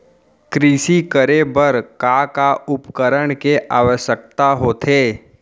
कृषि करे बर का का उपकरण के आवश्यकता होथे?